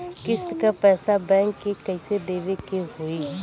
किस्त क पैसा बैंक के कइसे देवे के होई?